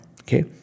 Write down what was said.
okay